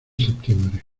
septiembre